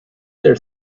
there